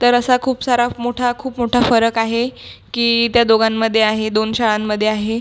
तर असा खूप सारा मोठा खूप मोठा फरक आहे की त्या दोघांमध्ये आहे दोन शाळांमध्ये आहे